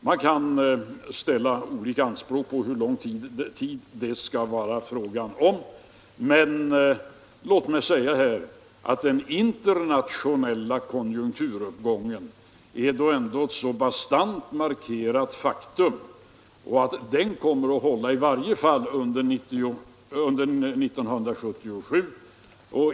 Man kan ställa olika anspråk på hur lång tid det skall vara fråga om. Låt mig dock säga här att den internationella konjunkturuppgången ändå är ett så bastant markerat faktum att den kommer att hålla i varje fall under 1977.